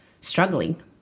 struggling